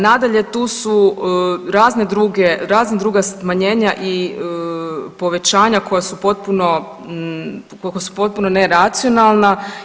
Nadalje, tu su razne druge, razna druga smanjenja i povećanja koja su potpuno, koja su potpuno neracionalna.